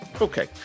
okay